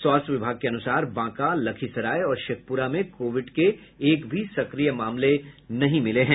स्वास्थ्य विभाग के अनुसार बांका लखीसराय और शेखपुरा में कोविड के एक भी सक्रिय मामले नहीं मिले हैं